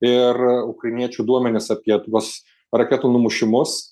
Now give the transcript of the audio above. ir ukrainiečių duomenys apie tuos raketų numušimus